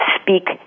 speak